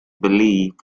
believed